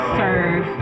serve